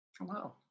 wow